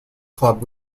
club